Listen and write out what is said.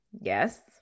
Yes